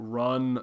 run